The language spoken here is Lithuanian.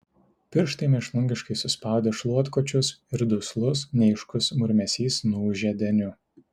pirštai mėšlungiškai suspaudė šluotkočius ir duslus neaiškus murmesys nuūžė deniu